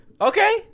Okay